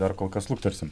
dar kol kas luktelsim